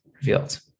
revealed